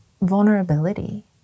vulnerability